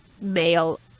male